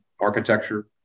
architecture